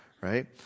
right